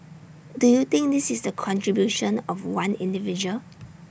do you think this is the contribution of one individual